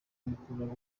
bikurura